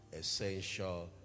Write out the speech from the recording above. essential